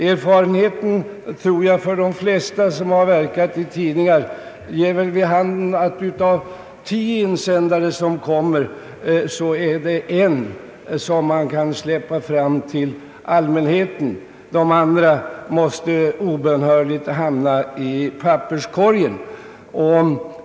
Erfarenheten för de flesta som arbetat inom tidningsvärlden ger väl vid handen att av tio insändare är det en som kan släppas fram till allmänheten. De andra måste obönhörligen hamna i papperskorgen.